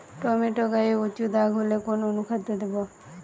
Tomato গায়ে উচু দাগ হলে কোন অনুখাদ্য দেবো?